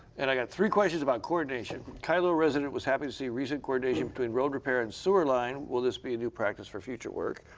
and i got three questions about coordination. kailua resident happy to see recent coordination between road repair and sewer line. will this be a new practice for future work.